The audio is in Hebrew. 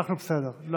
אנחנו בסדר.